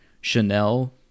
Chanel